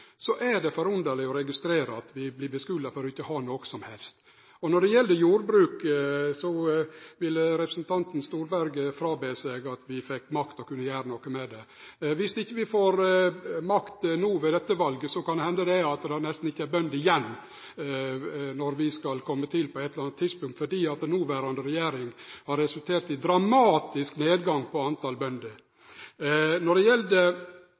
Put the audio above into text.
er det forunderleg å registrere at vi blir skulda for ikkje å ha nokon som helst politikk. Når det gjeld jordbruk, ville representanten Storberget ikkje vete av at vi fekk makt til å kunne gjere noko med det. Viss ikkje vi får makt no ved dette valet, kan det hende at det nesten ikkje er bønder igjen når vi på eit tidspunkt kjem til makta, fordi politikken til den noverande regjeringa har resultert i ein dramatisk nedgang i talet på bønder. Når det gjeld